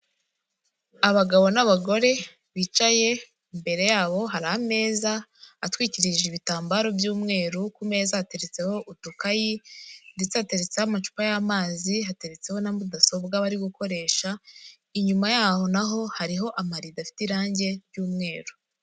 Abagabo n'abagore bicaye imbere yabo hari ameza atwikirishije ibitambaro by'umweru, ku meza hateretseho udukayi ndetse hateretseho amacupa y'amazi, hateretseho na mudasobwa bari gukoresha, inyuma yaho naho hariho amarido afite irange ry'umweru.